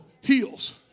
heals